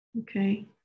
Okay